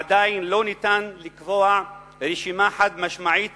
עדיין לא ניתן לקבוע רשימה חד-משמעית